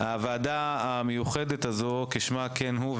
הוועדה המיוחדת הזו, כשמה כן היא.